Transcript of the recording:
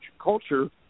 culture